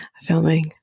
filming